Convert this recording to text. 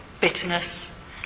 bitterness